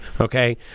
okay